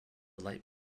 light